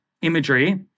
imagery